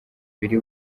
biri